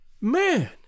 Man